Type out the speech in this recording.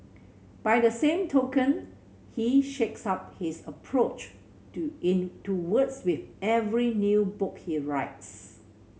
by the same token he shakes up his approach to in to words with every new book he writes